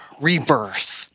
rebirth